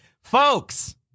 Folks